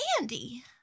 andy